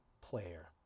player